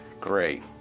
Great